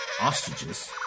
ostriches